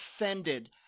offended